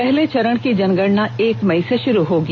पहले चरण की जनगणना एक मई से शुरू होगी